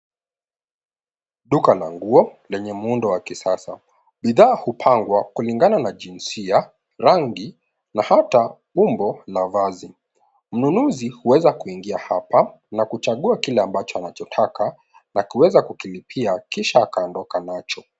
Duka la nguo lenye muundo wa kisasa. Bidhaa hupandwa kulingana na jinsia, rangi na hata umbo la vazi. Mnunuzi huweza kuingia hapa na kuchagua kile ambacho anachotaka na kuweza kukilipia kisha akaondoka nacho.